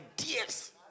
ideas